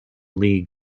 league